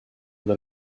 del